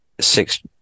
six